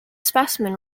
specimen